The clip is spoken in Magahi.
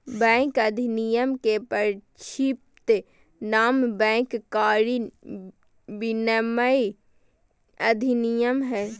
बैंक अधिनयम के संक्षिप्त नाम बैंक कारी विनयमन अधिनयम हइ